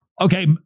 Okay